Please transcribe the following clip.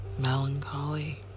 melancholy